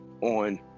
on